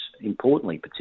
importantly